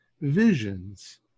visions